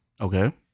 Okay